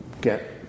get